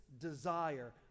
desire